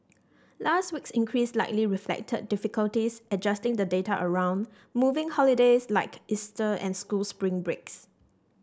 last week's increase likely reflected difficulties adjusting the data around moving holidays like Easter and school spring breaks